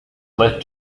led